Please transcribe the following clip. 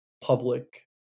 public